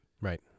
Right